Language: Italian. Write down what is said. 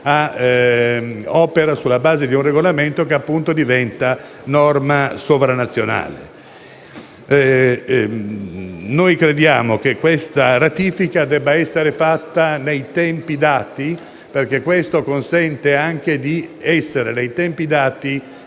opererà sulla base di un regolamento che diventa norma sovranazionale. Crediamo che questa ratifica debba essere fatta nei tempi dati, perché questo consentirebbe di essere in regola